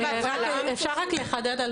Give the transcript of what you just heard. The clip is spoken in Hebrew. אפשר לחדד?